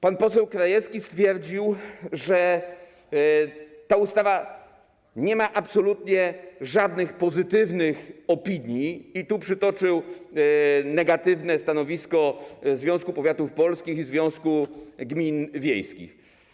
Pan poseł Krajewski stwierdził, że ta ustawa nie ma absolutnie żadnych pozytywnych opinii, i przytoczył negatywne stanowisko Związku Powiatów Polskich i Związku Gmin Wiejskich.